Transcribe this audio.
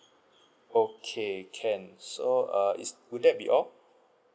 okay can so err is would that be all